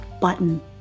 button